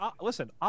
listen